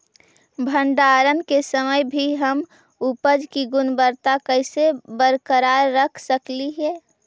भंडारण के समय भी हम उपज की गुणवत्ता कैसे बरकरार रख सकली हे?